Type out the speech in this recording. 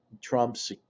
Trump's